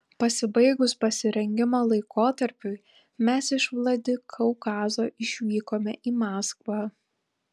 pasibaigus pasirengimo laikotarpiui mes iš vladikaukazo išvykome į maskvą